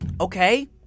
Okay